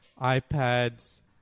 iPad's